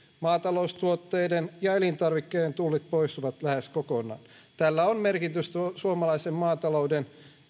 maataloustuotteiden ja elintarvikkeiden tullit poistuvat lähes kokonaan tällä on merkitystä suomalaisen maatalouden